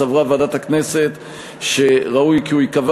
סברה ועדת הכנסת שראוי כי הוא ייקבע